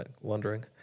wondering